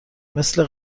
مثل